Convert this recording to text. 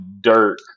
Dirk